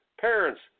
parents